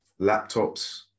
laptops